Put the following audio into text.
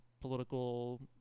political